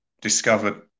discovered